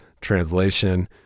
translation